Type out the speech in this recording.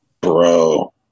Bro